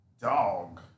Dog